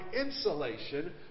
insulation